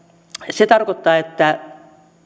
se tarkoittaa että